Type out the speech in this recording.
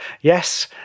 Yes